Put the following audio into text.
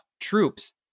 troops